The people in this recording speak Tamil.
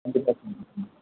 கண்டிப்பாக